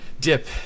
dip